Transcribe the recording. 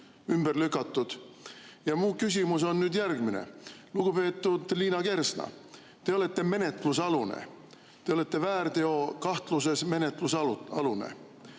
ümber lükatud. Mu küsimus on nüüd järgmine. Lugupeetud Liina Kersna, te olete menetlusalune, te olete väärteokahtluse tõttu menetlusalune.